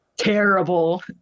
Terrible